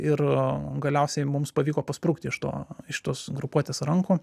ir galiausiai mums pavyko pasprukti iš to iš tos grupuotės rankų